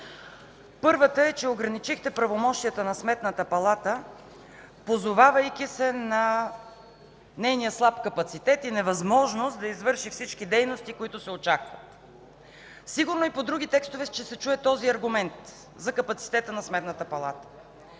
Първата е, че ограничихте правомощията на Сметната палата, позовавайки се на нейния слаб капацитет и невъзможност да извърши всички дейности, които се очакват. Сигурно и по други текстове ще се чуе този аргумент за капацитета на Сметната палата.